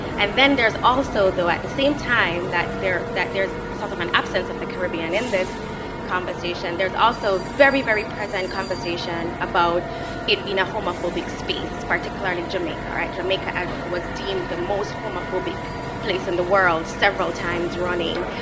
and then there's also though, at the same time, that there's that there's sort of an absence of the caribbean in this conversation, there's also very, very present conversation about it being a homophobic space, particularly jamaica. jamaica was deemed the most homophobic place in the world several times running,